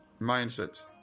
Mindset